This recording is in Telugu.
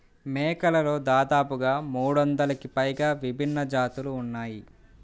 మేకలలో దాదాపుగా మూడొందలకి పైగా విభిన్న జాతులు ఉన్నాయి